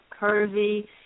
curvy